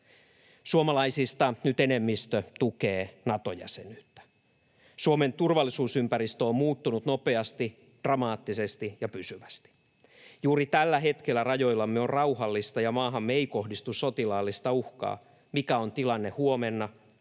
Suomalaisista nyt enemmistö tukee Nato-jäsenyyttä. Suomen turvallisuusympäristö on muuttunut nopeasti, dramaattisesti ja pysyvästi. Juuri tällä hetkellä rajoillamme on rauhallista ja maahamme ei kohdistu sotilaallista uhkaa. Mikä on tilanne huomenna,